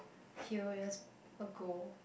few years ago